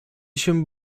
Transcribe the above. się